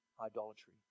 idolatry